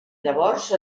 llavors